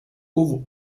ouvre